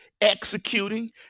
executing